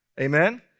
Amen